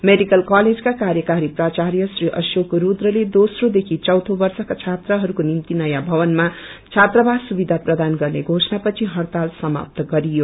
medical कलेजको कार्यक्वरी प्रान्नय श्री अशेक स्ख्रले दोस्रो देखि चौचे वप्रका छात्राहरूको निमि नयौं भवनमा छात्रावास सुविधा प्रदान गर्ने धोषणा पछि इइताल समाप्त गरियो